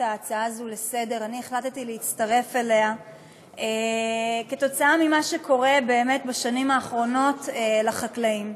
אני החלטתי להצטרף אליה בשל מה שקורה בשנים האחרונות לחקלאים.